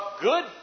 good